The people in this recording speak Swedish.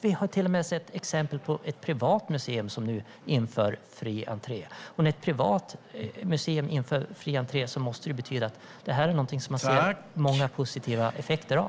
Vi har till och med sett exempel på ett privat museum som nu inför fri entré. Och när ett privat museum inför fri entré måste det betyda att det här är något som man har sett många positiva effekter av.